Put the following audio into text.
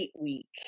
week